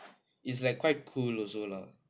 it's like quite cool also lah